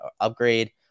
upgrade